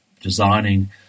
designing